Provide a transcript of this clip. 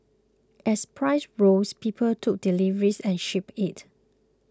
as prices rose people took deliveries and shipped it